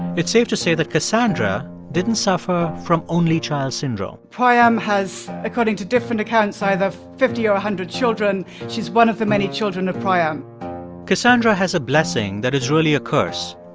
it's safe to say that cassandra didn't suffer from only child syndrome priam has, according to different accounts, either fifty or a hundred children. she's one of the many children of priam cassandra has a blessing that is really a curse.